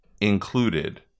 included